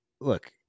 look